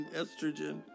estrogen